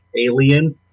alien